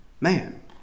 man